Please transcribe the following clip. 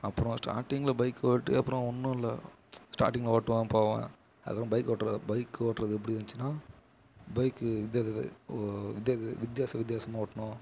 அப்பறம் ஸ்டார்டிங்கில் பைக் ஓட்டி அப்பறம் ஒன்றும் இல்லை ஸ்டார்டிங்கில் ஓட்டுவேன் போவேன் அதுவும் பைக் ஓட்டுறதை பைக் ஓட்டுறது எப்படி இருந்துச்சினா பைக்கு ஓ வித்யாது வித்தியாச வித்தியாசமா ஓட்டணும்